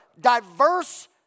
diverse